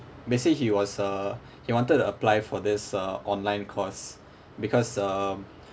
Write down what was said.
basically he was uh he wanted to apply for this uh online course because um